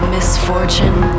misfortune